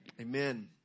Amen